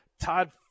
Todd